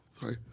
Sorry